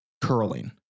curling